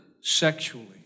sexually